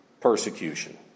persecution